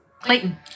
Clayton